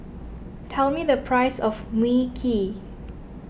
tell me the price of Mui Kee